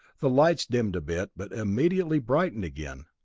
the lights dimmed a bit, but immediately brightened again,